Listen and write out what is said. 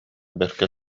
бэркэ